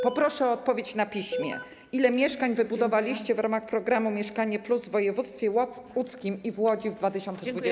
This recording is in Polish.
Poproszę o odpowiedź na piśmie, ile mieszkań wybudowaliście w ramach programu „Mieszkanie+” w województwie łódzkim i w Łodzi w 2020 r.